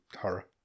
horror